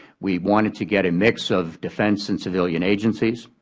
we wanted to get a mix of defense and civilian agencies.